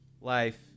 life